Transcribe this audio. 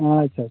ᱟᱪᱪᱷᱟ ᱟᱪᱪᱷᱟ